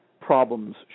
problems